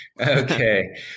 Okay